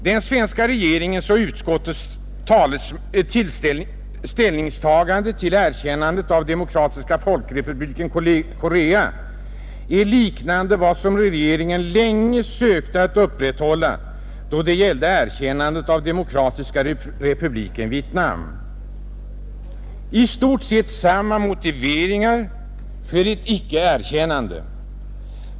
Den svenska regeringens och utskottets ställningstagande till erkännande av Demokratiska folkrepubliken Korea liknar det regeringen länge sökte upprätthålla då det gällde erkännandet av Demokratiska republiken Vietnam — i stort sett samma motiveringar för ett icke-erkännande.